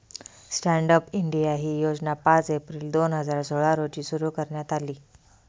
stand up India ही योजना पाच एप्रिल दोन हजार सोळा रोजी सुरु करण्यात आली